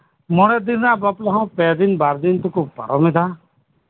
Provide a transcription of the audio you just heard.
ᱢᱚᱬᱮ ᱫᱤᱱ ᱨᱮᱱᱟᱜ ᱵᱟᱯᱞᱟ ᱦᱚᱸ ᱯᱮ ᱫᱤᱱ ᱵᱟᱨ ᱫᱤᱱ ᱛᱮᱠᱚ ᱯᱟᱨᱚᱢᱮᱫᱟ